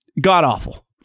God-awful